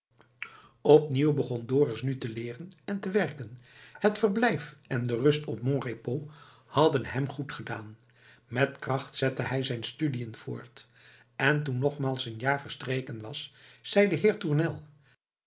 opnieuw begon dorus nu te leeren en te werken het verblijf en de rust op mon repos hadden hem goedgedaan met kracht zette hij zijn studiën voort en toen nogmaals een jaar verstreken was zei de heer tournel